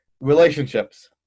Relationships